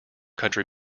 country